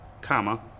Comma